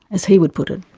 as he would put it.